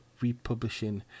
republishing